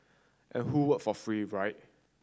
and who work for free right